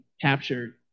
captured